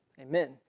Amen